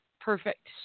Perfect